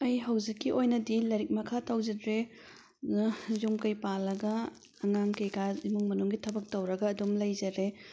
ꯑꯩ ꯍꯧꯖꯤꯛꯀꯤ ꯑꯣꯏꯅꯗꯤ ꯂꯥꯏꯔꯤꯛ ꯃꯈꯥ ꯇꯧꯖꯗ꯭ꯔꯦ ꯌꯨꯝ ꯀꯩ ꯄꯥꯜꯂꯒ ꯑꯉꯥꯡ ꯀꯩꯀꯥ ꯏꯃꯨꯡ ꯃꯅꯨꯡꯒꯤ ꯊꯕꯛ ꯇꯧꯔꯒ ꯑꯗꯨꯝ ꯂꯩꯖꯔꯦ